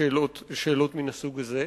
בשאלות מן הסוג הזה,